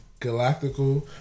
Galactical